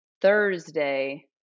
Thursday